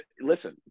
listen